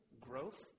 growth